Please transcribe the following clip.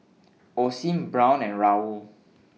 Osim Braun and Raoul